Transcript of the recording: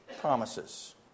promises